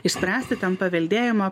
išspręsti ten paveldėjimo